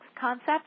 concept